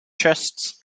chests